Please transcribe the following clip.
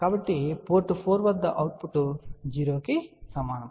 కాబట్టి పోర్ట్ 4 వద్ద అవుట్పుట్ 0 కి సమానం